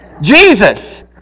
Jesus